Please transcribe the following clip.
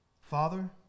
Father